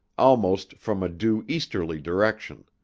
almost from a due easterly direction.